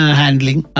handling